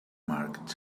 mark